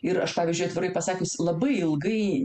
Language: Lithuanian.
ir aš pavyzdžiui atvirai pasakius labai ilgai